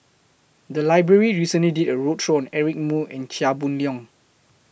The Library recently did A roadshow Eric Moo and Chia Boon Leong